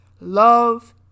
Love